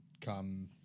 come